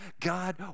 God